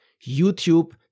YouTube